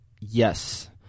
yes